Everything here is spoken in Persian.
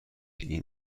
این